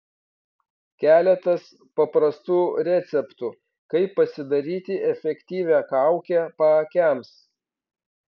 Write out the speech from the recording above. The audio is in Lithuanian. keletas paprastų receptų kaip pasidaryti efektyvią kaukę paakiams